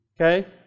okay